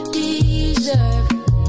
deserve